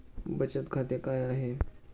बचत खाते काय आहे?